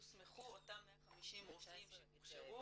יוסמכו אותם 150 רופאים שהוכשרו